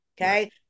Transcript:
Okay